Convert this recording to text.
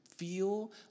Feel